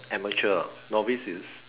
amateur novice is